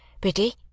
Biddy